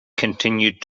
continued